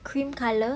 cream colour